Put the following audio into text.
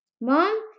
Mom